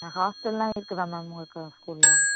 ஆ ஹாஸ்டல்லாம் இருக்குதா மேம் உங்கள் க ஸ்கூலில்